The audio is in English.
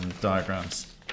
diagrams